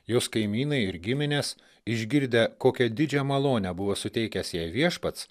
jos kaimynai ir giminės išgirdę kokią didžią malonę buvo suteikęs jai viešpats